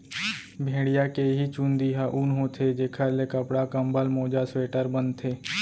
भेड़िया के इहीं चूंदी ह ऊन होथे जेखर ले कपड़ा, कंबल, मोजा, स्वेटर बनथे